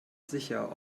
sicher